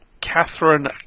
Catherine